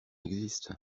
existent